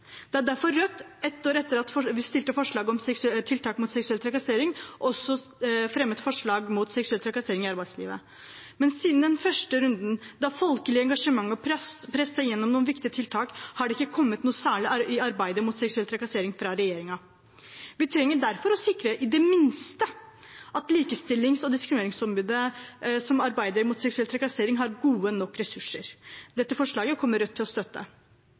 Det er derfor Rødt ett år etter at vi fremmet forslag om tiltak mot seksuell trakassering, også fremmet forslag mot seksuell trakassering i arbeidslivet. Men siden den første runden, da folkelig engasjement presset gjennom noen viktige tiltak, har det ikke kommet noe særlig i arbeidet mot seksuell trakassering fra regjeringen. Vi trenger derfor å sikre i det minste at Likestillings- og diskrimineringsombudet, som arbeider mot seksuell trakassering, har gode nok ressurser. Dette forslaget kommer Rødt til å støtte.